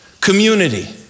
community